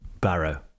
Barrow